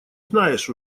знаешь